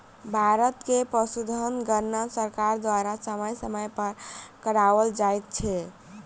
भारत मे पशुधन गणना सरकार द्वारा समय समय पर कराओल जाइत छै